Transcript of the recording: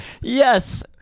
Yes